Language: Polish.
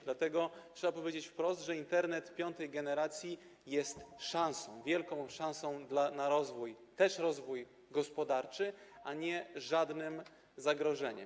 Dlatego trzeba powiedzieć wprost, że Internet piątej generacji jest szansą, wielką szansą na rozwój, też rozwój gospodarczy, a nie żadnym zagrożeniem.